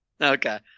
Okay